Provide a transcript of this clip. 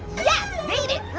yes, made it.